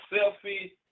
Selfie